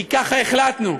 כי ככה החלטנו.